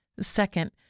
Second